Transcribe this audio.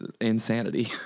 insanity